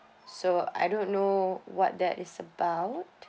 so I don't know what that is about